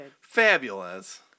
Fabulous